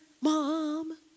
Mom